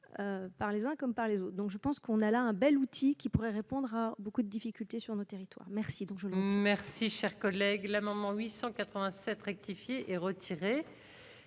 par les uns comme par les eaux, donc je pense qu'on a là un bel outil qui pourrait répondre à beaucoup de difficultés sur nos territoires, merci donc. Merci, cher collègue, l'amendement 887 rectifié et retiré